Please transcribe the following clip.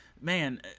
man